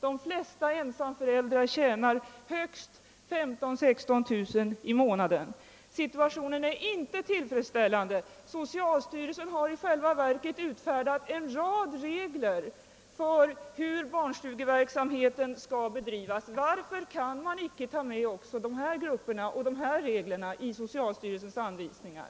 De flesta ensamföräldrar tjänar högst 15000 å 16 000 kronor om året. Situationen är inte tillfredsställande. Socialstyrelsen har utfärdat en rad rekommendationer, som i praktiken ofta är villkor för statsbidrag, för hur barnstugeverksamheten skall bedrivas. Varför kan man inte ta med även sådana här regler i socialstyrelsens anvisningar?